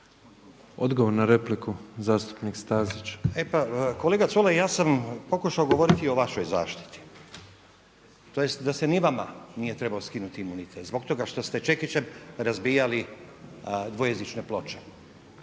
Odgovor na repliku zastupnik Stazić. **Stazić, Nenad (SDP)** E pa kolega Culej ja sam pokušao govoriti i o vašoj zaštiti, tj. da se ni vama nije trebao skinuti imunitet zbog toga što ste čekićem razbijali dvojezične ploče